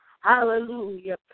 Hallelujah